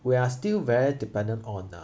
we are still very dependent on uh